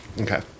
Okay